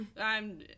I'm-